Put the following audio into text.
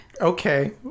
Okay